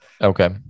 okay